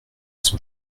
son